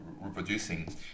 reproducing